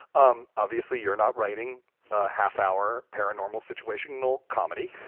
um obviously, you're not writing half hour paranormal situational comedy,